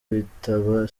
bitaba